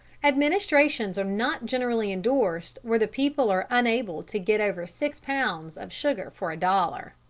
administrations are not generally endorsed where the people are unable to get over six pounds of sugar for a dollar.